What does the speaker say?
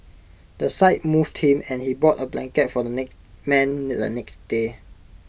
the sight moved him and he bought A blanket for the man the next day